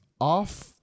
off